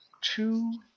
two